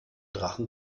drachen